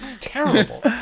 Terrible